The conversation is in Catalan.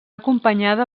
acompanyada